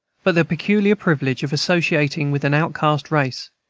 but the peculiar privilege of associating with an outcast race,